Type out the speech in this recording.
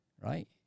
right